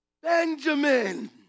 Benjamin